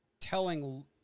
telling